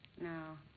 No